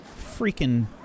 freaking